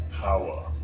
power